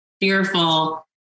fearful